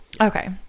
Okay